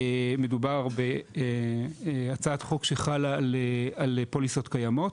מדובר בהצעת חוק שחלה על פוליסות קיימות,